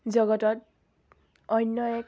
জগতত অন্য এক